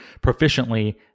proficiently